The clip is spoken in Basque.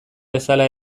bezala